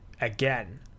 again